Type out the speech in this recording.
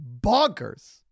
bonkers